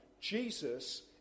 Jesus